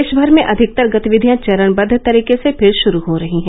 देशभर में अधिकतर गतिविधियां चरणबद्व तरीके से फिर श्रू हो रही है